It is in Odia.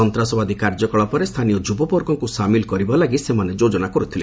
ସନ୍ତାସବାଦୀ କାର୍ଯ୍ୟକଳାପରେ ସ୍ଥାନୀୟ ଯୁବବର୍ଗଙ୍କୁ ସାମିଲ କରିବା ଲାଗି ସେମାନେ ଯୋଜନା କରୁଥିଲେ